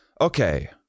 okay